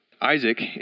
Isaac